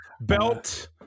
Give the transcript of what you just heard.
belt